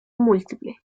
múltiple